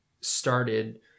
started